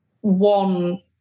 one